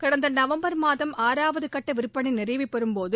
கடந்த நவம்பர் மாதம் ஆறாவது கட்ட விற்பனை நிறைவு பெறும்போது